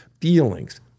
feelings